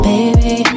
Baby